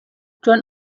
john